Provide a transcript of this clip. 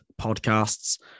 podcasts